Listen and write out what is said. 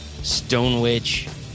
Stonewitch